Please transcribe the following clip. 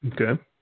Okay